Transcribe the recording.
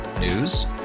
News